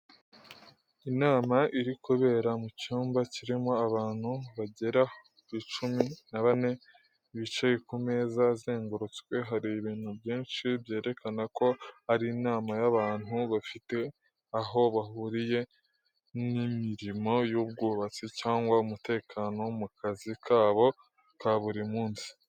Inama iri kubera mu cyumba kirimo abantu bagera kuri cumi na bane, bicaye ku meza azengurutswe. Hari ibintu byinshi byerekana ko ari inama y’abantu bafite aho bahuriye n’imirimo y’ubwubatsi cyangwa umutekano mu kazi kabo ka buri munsi.